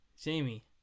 Jamie